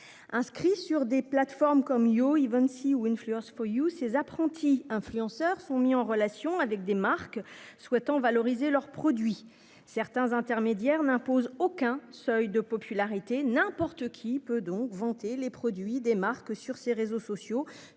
inscrit sur des plateformes comme Millau il 26 ou influence You ces apprentis influenceurs sont mis en relation avec des marques souhaitant valoriser leurs produits, certains intermédiaires n'impose aucun seuil de popularité n'importe qui peut donc vanter les produits des marques sur ses réseaux sociaux